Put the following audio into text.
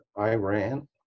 Iran